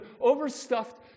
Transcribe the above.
overstuffed